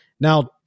Now